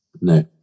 no